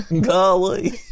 Golly